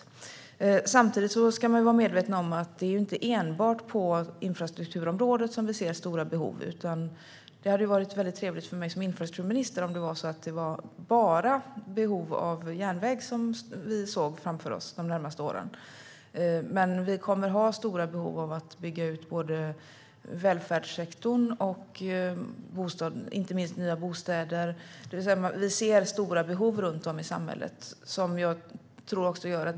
Samtidigt ska man vara medveten om att det inte är enbart på infrastrukturområdet som vi ser stora behov. Det hade varit väldigt trevligt för mig som infrastrukturminister om det varit bara ett behov av järnväg som vi såg framför oss de närmaste åren. Men vi kommer att ha stora behov av att bygga ut välfärdssektorn och inte minst att bygga nya bostäder, det vill säga att vi ser stora behov runt om i samhället.